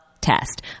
test